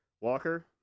Walker